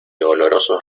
olorosos